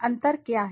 अंतर क्या है